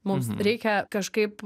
mums reikia kažkaip